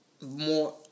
more